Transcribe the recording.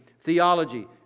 theology